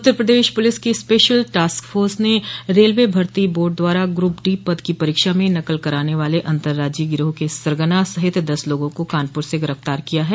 उत्तर प्रदेश पुलिस की special task force ने रेलवे भर्ती बोर्ड द्वारा ग्रुप डी पद की परीक्षा में नकल कराने वाले अतंर्राज्यीय गिरोह के सरगना सहित दस लोगों को कानपुर से गिरफ्तार किया है